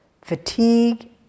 Fatigue